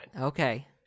Okay